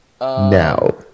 now